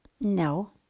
No